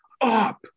up